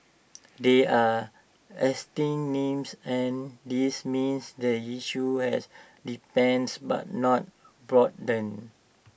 they are existing names and this means the issue has deepens but not broadened